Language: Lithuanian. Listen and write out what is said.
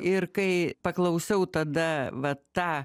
ir kai paklausiau tada va tą